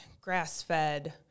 grass-fed